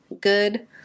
good